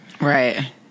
Right